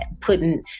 putting